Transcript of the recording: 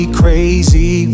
crazy